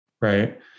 right